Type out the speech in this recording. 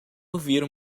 ouvir